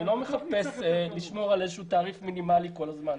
אני לא מחפש לשמור על תעריף מינימלי כל הזמן.